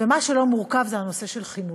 ומה שלא מורכב זה הנושא של חינוך.